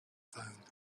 phone